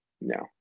No